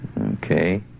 okay